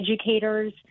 educators